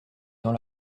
dans